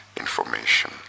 Information